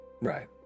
Right